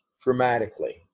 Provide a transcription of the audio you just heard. dramatically